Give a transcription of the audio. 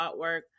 artwork